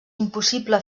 impossible